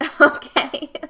Okay